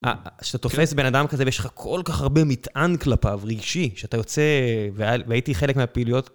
שאתה תופס בן אדם כזה ויש לך כל כך הרבה מטען כלפיו, רגשי, שאתה יוצא, והייתי חלק מהפעילויות.